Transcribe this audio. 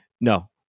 No